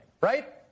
right